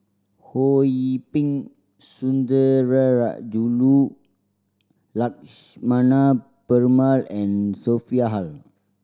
Ho Yee Ping Sundarajulu Lakshmana Perumal and Sophia Hull